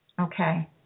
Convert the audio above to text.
Okay